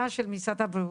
זה הנגשה לאנשים בבתים.